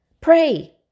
Pray